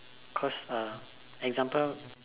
cause uh example